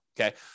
okay